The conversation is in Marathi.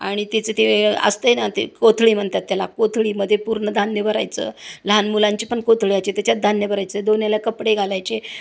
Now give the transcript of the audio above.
आणि तिचं ते असतंय ना ते कोथळी म्हणतात त्याला कोथळीमध्ये पूर्ण धान्य भरायचं लहान मुलांची पण कोथळीचे त्याच्यात धान्य भरायचं दोन्हीला कपडे घालायचे